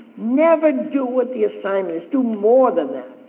never do what the assignment is. do more than that.